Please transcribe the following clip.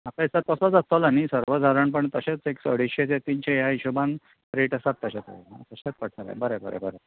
म्हाका दिसता तसोच आसतलो न्हय सर्वसादारणपण तशेंच एक अडेश्शे ते तिनशे ह्या हिशोबान रेट आसात तशे पळोव तशेंत पडटलें बरें बरें बरें